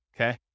Okay